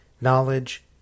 knowledge